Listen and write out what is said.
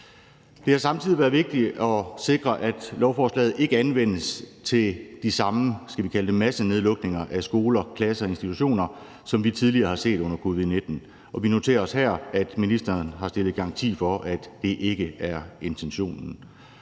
Det har samtidig været vigtigt at sikre, at lovforslaget ikke anvendes til de samme massenedlukninger af skoler, klasser og institutioner, som vi tidligere har set under covid-19. Og vi noterer os her, at ministeren har stillet garanti for, at det ikke er intentionen.